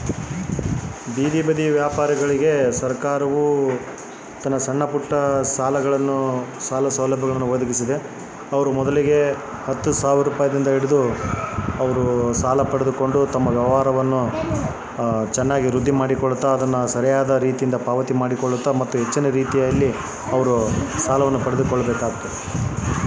ಬೇದಿ ಬದಿ ವ್ಯಾಪಾರಗಳಿಗೆ ಸರಕಾರದಿಂದ ಬರುವ ಸಾಲ ಸೌಲಭ್ಯಗಳು ಯಾವುವು?